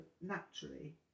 naturally